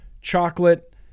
chocolate